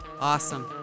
Awesome